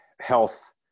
health